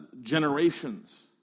generations